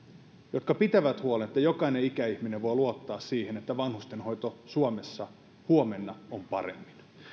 jotka pitävät huolen siitä että jokainen ikäihminen voi luottaa siihen että vanhustenhoito suomessa huomenna on paremmin